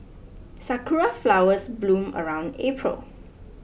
sakura flowers bloom around April